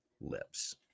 lips